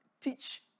teach